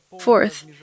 Fourth